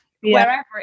wherever